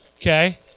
Okay